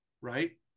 Right